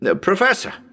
Professor